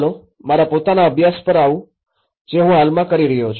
ચાલો મારા પોતાના અભ્યાસ પર આવું જે હું હાલમાં કરી રહ્યો છું